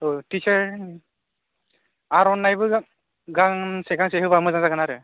औ टिचार आर'नाइबो गांसे गांसे होबा मोजां जागोन आरो